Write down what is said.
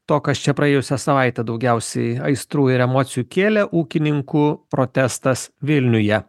to kas čia praėjusią savaitę daugiausiai aistrų ir emocijų kėlė ūkininkų protestas vilniuje